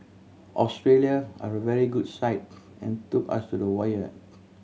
Australia are a very good side and took us to the wire